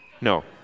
No